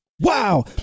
wow